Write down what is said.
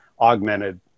augmented